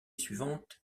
suivante